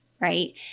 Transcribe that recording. right